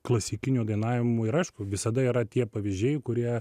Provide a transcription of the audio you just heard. klasikiniu dainavimu ir aišku visada yra tie pavyzdžiai kurie